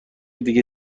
دیگه